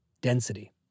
density